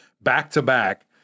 back-to-back